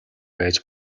байж